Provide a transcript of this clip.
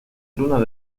lunas